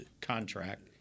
contract